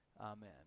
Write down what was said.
Amen